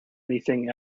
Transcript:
anything